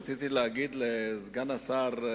רציתי להגיד לסגנית השר,